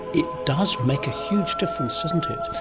it does make a huge difference, doesn't it?